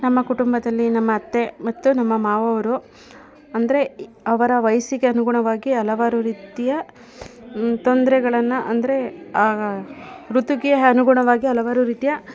ನಮ್ಮ ಕುಟುಂಬದಲ್ಲಿ ನಮ್ಮ ಅತ್ತೆ ಮತ್ತು ನಮ್ಮ ಮಾವನವ್ರು ಅಂದರೆ ಅವರ ವಯಸ್ಸಿಗೆ ಅನುಗುಣವಾಗಿ ಹಲವಾರು ರೀತಿಯ ತೊಂದರೆಗಳನ್ನು ಅಂದರೆ ಋತುಗೆ ಅನುಗುಣವಾಗಿ ಹಲವಾರು ರೀತಿಯ